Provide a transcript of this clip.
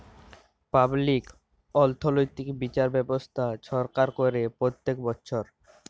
public অথ্থলৈতিক বিচার ব্যবস্থা ছরকার ক্যরে প্যত্তেক বচ্ছর